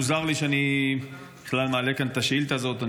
מוזר לי שאני בכלל מעלה כאן את השאילתה הזאת.